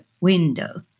window